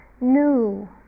new